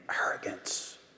arrogance